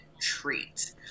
treat